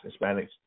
Hispanics